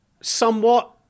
somewhat